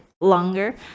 longer